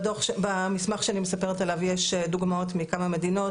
במסמך שאני מספרת עליו יש דוגמאות מכמה מדינות,